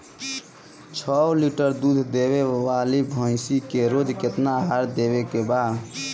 छह लीटर दूध देवे वाली भैंस के रोज केतना आहार देवे के बा?